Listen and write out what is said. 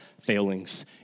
failings